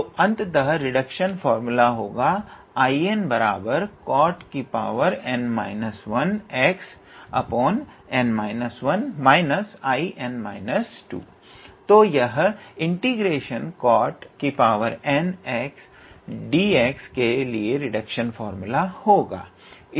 तो अंततः reduction formula होगा तो यह ∫𝑐𝑜𝑡𝑛𝑥𝑑x के लिए रिडक्शन फार्मूला होगा